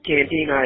Canteen